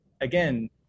again